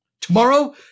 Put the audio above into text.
Tomorrow